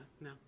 no